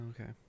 okay